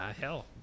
hell